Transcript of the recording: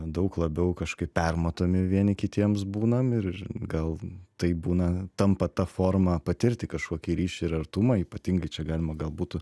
daug labiau kažkaip permatomi vieni kitiems būnam ir gal tai būna tampa ta forma patirti kažkokį ryšį ir artumą ypatingai čia galima gal būtų